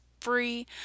free